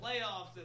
playoffs